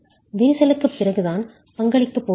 விரிசலுக்குப் பிறகுதான் பங்களிக்கப் போகிறது